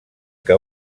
que